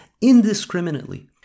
indiscriminately